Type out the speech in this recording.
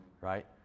Right